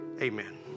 Amen